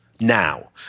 now